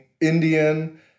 Indian